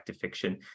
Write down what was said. fiction